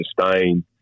sustain